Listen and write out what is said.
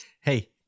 Hey